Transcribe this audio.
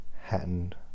Hatton